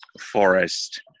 forest